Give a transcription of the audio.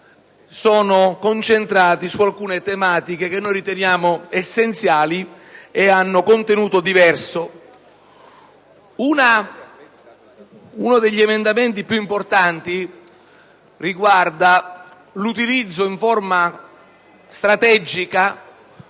sono concentrati su alcune tematiche che noi riteniamo essenziali ed hanno contenuto diverso. Uno degli emendamenti più importanti - il 2.7 - riguarda l'utilizzo in forma strategica